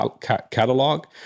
catalog